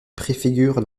préfigure